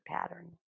pattern